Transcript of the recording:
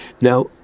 Now